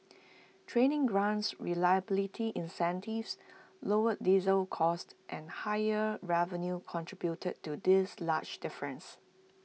training grants reliability incentives lower diesel costs and higher revenue contributed to this large difference